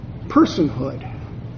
personhood